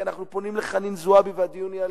כי אנחנו פונים לחנין זועבי והדיון הוא עליה,